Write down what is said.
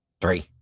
Three